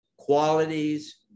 qualities